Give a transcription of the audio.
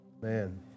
Man